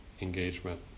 engagement